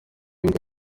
imbwa